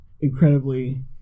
incredibly